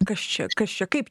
kas čia kas čia kaip